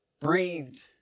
breathed